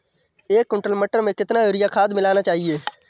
एक कुंटल मटर में कितना यूरिया खाद मिलाना चाहिए?